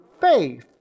faith